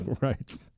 Right